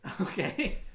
Okay